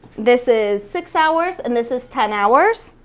this is six hours, and this is ten hours,